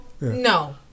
no